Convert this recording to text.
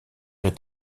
est